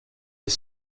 est